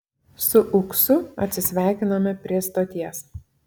su uksu atsisveikinome prie stoties